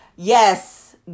Yes